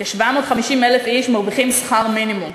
כ-750,000 איש מרוויחים שכר מינימום.